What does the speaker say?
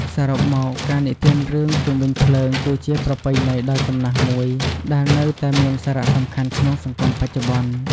សរុបមក ការនិទានរឿងជុំវិញភ្លើងគឺជាប្រពៃណីដ៏ចំណាស់មួយដែលនៅតែមានសារៈសំខាន់ក្នុងសង្គមបច្ចុប្បន្ន។